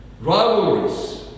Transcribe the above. rivalries